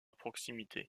proximité